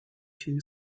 two